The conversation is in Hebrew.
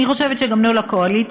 אני חושבת שגם לא לקואליציה,